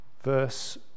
verse